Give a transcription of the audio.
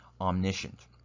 omniscient